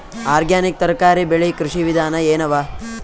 Organic ತರಕಾರಿ ಬೆಳಿ ಕೃಷಿ ವಿಧಾನ ಎನವ?